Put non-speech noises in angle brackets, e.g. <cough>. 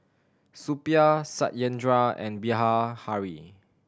Suppiah Satyendra and <unintelligible>